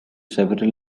several